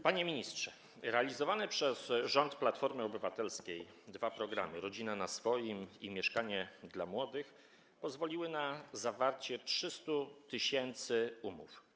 Panie ministrze, realizowane przez rząd Platformy Obywatelskiej dwa programy: „Rodzina na swoim” i „Mieszkanie dla młodych”, pozwoliły na zawarcie 300 tys. umów.